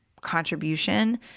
contribution